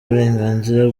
uburenganzira